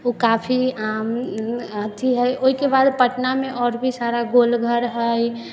ओ काफी अथी हइ एहिके बाद पटनामे आओर भी सारा गोलघर हइ